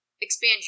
expand